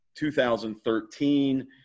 2013